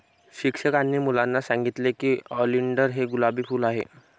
शिक्षकांनी मुलांना सांगितले की ऑलिंडर हे गुलाबी फूल आहे